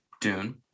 Dune